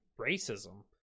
racism